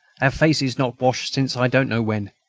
our faces not washed since i don't know when.